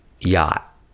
yacht